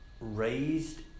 raised